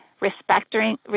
respecting